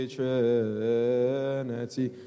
Trinity